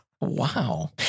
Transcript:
Wow